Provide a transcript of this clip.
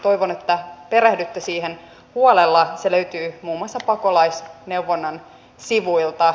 toivon että perehdytte siihen huolella se löytyy muun muassa pakolaisneuvonnan sivuilta